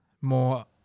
more